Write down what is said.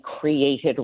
created